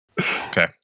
Okay